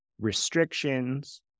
restrictions